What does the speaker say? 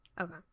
okay